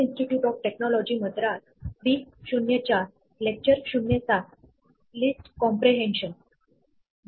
या पुस्तकाचे शीर्षक अल्गोरिदम अँड डेटा स्ट्रक्चर यांचे महत्त्व इफेक्टिव्ह प्रोग्रॅम कंपोनेंट म्हणून अधोरेखित करते